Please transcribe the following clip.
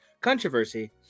controversy